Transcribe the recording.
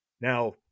Now